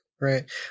right